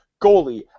goalie